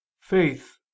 faith